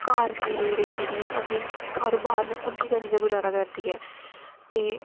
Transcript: घर दे जेह्ड़े अपने बिज़नेस न कारोबार उं'दे कन्नै गै गुजारा करदी ऐ ते